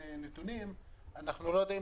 מהנתונים שהם נותנים אנחנו לא יודעים